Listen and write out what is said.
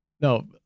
No